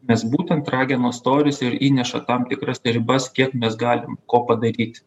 nes būtent ragenos storis ir įneša tam tikras ribas kiek mes galim ko padaryti